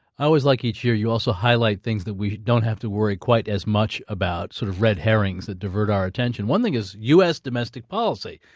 i always like each year, you also highlight things that we don't have to worry quite as much about sort of red herrings that divert our attention. one thing is u s. domestic policy.